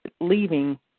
leaving